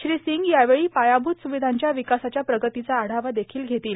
श्री सिंग यावेळी पायाभूत सुविधांच्या विकासाच्या प्रगतीचा आढावा देखील घेतील